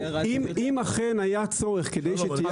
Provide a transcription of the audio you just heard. אם אכן היה צורך כדי שתהיה האבקה.